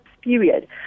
period